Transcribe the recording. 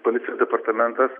policijos departamentas